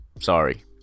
sorry